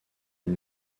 une